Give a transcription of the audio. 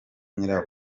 nyirawo